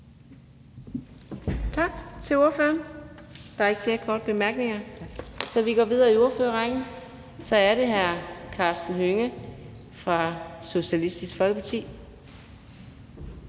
Tak til ordføreren. Der er ikke flere korte bemærkninger, så vi går videre i ordførerrækken. Så er det hr. Karsten Hønge fra Socialistisk Folkeparti.